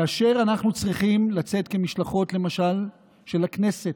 כאשר אנחנו צריכים לצאת כמשלחות, למשל, של הכנסת,